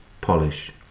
polish